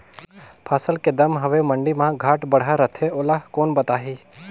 फसल के दम हवे मंडी मा घाट बढ़ा रथे ओला कोन बताही?